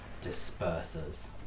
disperses